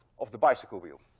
of the bicycle wheel.